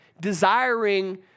desiring